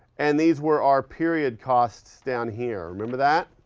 and these were our period costs down here, remember that?